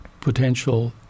potential